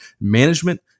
management